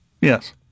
Yes